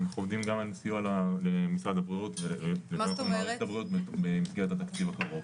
אנחנו עובדים גם על סיוע למערכת הבריאות במסגרת התקציב הקרוב.